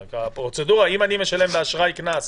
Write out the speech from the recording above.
הפרוצדורה, אם אני משלם קנס